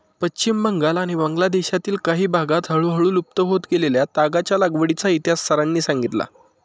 पश्चिम बंगाल आणि बांगलादेशातील काही भागांत हळूहळू लुप्त होत गेलेल्या तागाच्या लागवडीचा इतिहास सरांनी सांगितला